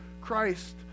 Christ